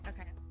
Okay